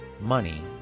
money